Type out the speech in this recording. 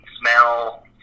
smell